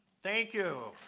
thank you,